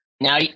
Now